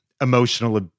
emotional